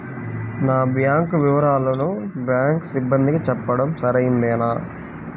నా బ్యాంకు వివరాలను బ్యాంకు సిబ్బందికి చెప్పడం సరైందేనా?